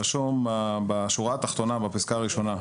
רשום בשורה התחתונה בפסקה הראשונה: